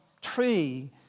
tree